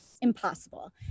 impossible